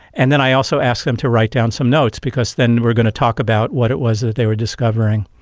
and then i also ask them to write down some notes because then we're going to talk about what it was that they were discovering.